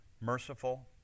merciful